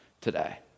today